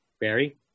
Barry